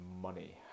money